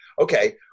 okay